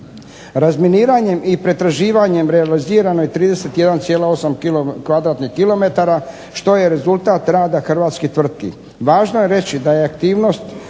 Razminiranjem i pretraživanjem realizirano je 31,8 km2 što je rezultat rada hrvatskih tvrtki.